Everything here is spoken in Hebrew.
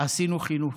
עשינו חינוך.